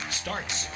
starts